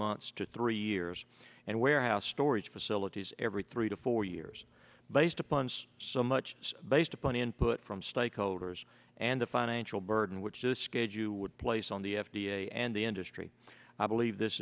months to three years and warehouse storage facilities every three to four years based upon so much based upon input from stakeholders and the financial burden which is scheduled placed on the f d a and the industry i believe this